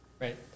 Right